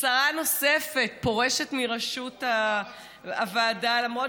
ושרה נוספת פורשת מראשות הוועדה למרות